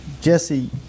Jesse